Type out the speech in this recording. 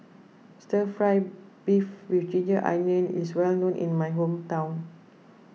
Stir Fry Beef with Ginger Onions is well known in my hometown